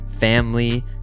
family